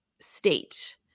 state